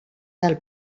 del